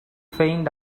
feigned